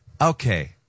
okay